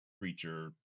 creature